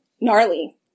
gnarly